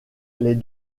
les